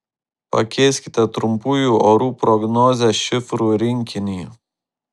pakeiskite trumpųjų orų prognozės šifrų rinkinį